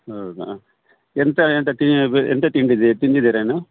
ಹೌದ ಎಂತ ಎಂತ ತಿ ಬೆ ಎಂತ ತಿಂದಿದೀರ ತಿಂದಿದೀರಾ ನೀವು